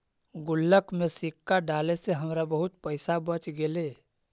गुल्लक में सिक्का डाले से हमरा बहुत पइसा बच गेले